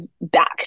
back